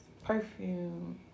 perfume